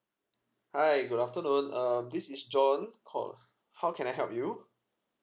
hi good afternoon um this is john call how can I help you